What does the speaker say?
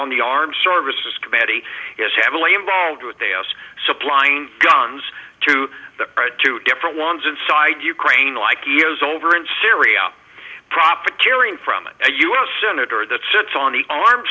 on the armed services committee is heavily involved with a us supplying guns to the two different ones inside ukraine like years over in syria profiteering from a u s senator that sits on the armed